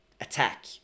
attack